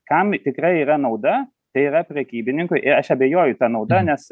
kam tikrai yra nauda tai yra prekybininkui ir aš abejoju ta nauda nes